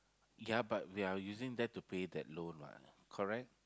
ya but we are using that to pay that loan what correct